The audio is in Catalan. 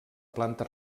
planta